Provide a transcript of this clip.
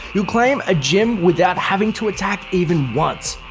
you'll claim a gym without having to attack even once.